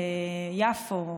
יפו,